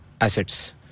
assets